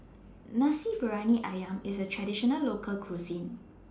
Nasi Briyani Ayam IS A Traditional Local Cuisine